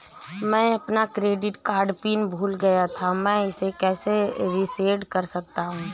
मैं अपना credit card PIN भूल गया था मैं इसे कैसे रीसेट कर सकता हूँ?